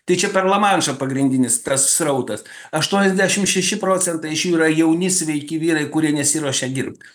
tai čia per lamanšą pagrindinis tas srautas aštuoniasdešim šeši procentai iš jų yra jauni sveiki vyrai kurie nesiruošia dirbt